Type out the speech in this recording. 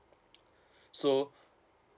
so